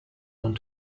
want